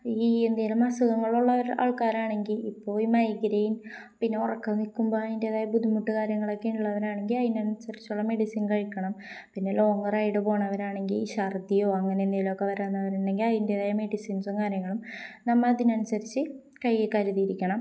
ഈ എന്തെങ്കിലും അസുഖങ്ങളുള്ള ആൾക്കാരാണെങ്കില് ഇപ്പോള് ഈ മൈഗ്രൈയിൻ പിന്നെ ഉറക്കം നില്ക്കുമ്പോള് അതിന്റേതായ ബുദ്ധിമുട്ടും കാര്യങ്ങളുമൊക്കെ ഉള്ളവരാണെങ്കില് അതിനനുസരിച്ചുള്ള മെഡിസിൻ കഴിക്കണം പിന്നെ ലോങ്ങ് റൈഡ് പോകുന്നവരാണെങ്കില് ഈ ശർദ്ദിയോ അങ്ങനെയെന്തെങ്കിലുമൊക്കെ വരുന്നവരുണ്ടെങ്കില് അതിൻ്റേതായ മെഡിസിൻസും കാര്യങ്ങളും നമ്മള് അതിനുസരിച്ച് കൈയില് കരുതിയിരിക്കണം